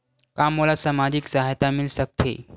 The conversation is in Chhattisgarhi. का मोला सामाजिक सहायता मिल सकथे?